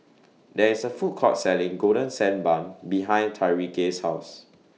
There IS A Food Court Selling Golden Sand Bun behind Tyreke's House